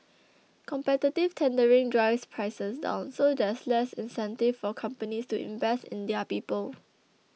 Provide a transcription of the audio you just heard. competitive tendering drives prices down so there's less incentive for companies to invest in their people